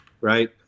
Right